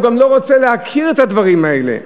הוא גם לא רוצה להכיר את הדברים האלה.